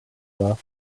war